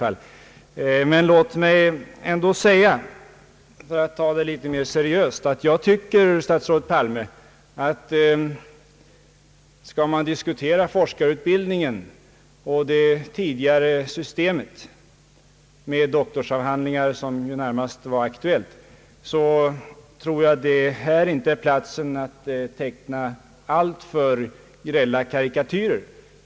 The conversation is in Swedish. Låt mig ändå säga, för att ta det mera seriöst, att jag tycker att om man skall diskutera forskarutbildningen och det tidigare systemet med doktorsavhandlingar, är detta inte platsen att teckna alltför grälla karikatyrer.